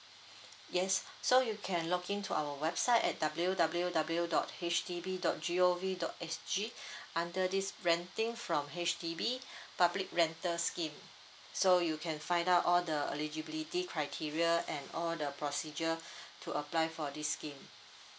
yes so you can look into our website at W W W dot H D B dot G O V dot S G under this renting from H_D_B public rental scheme so you can find out all the eligibility criteria and all the procedure to apply for this scheme